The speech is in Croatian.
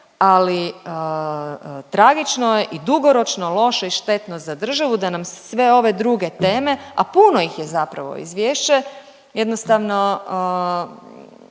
ali tragično je i dugoročno štetno i loše za državu da nam sve ove druge teme, a puno ih je zapravo izvješće jednostavno